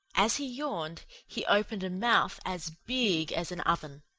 as he yawned, he opened a mouth as big as an oven.